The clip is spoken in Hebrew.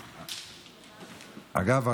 אגב,